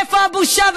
איפה הבושה?